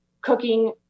cooking